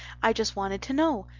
i just wanted to know.